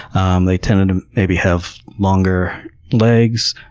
and they tended to maybe have longer legs,